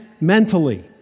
mentally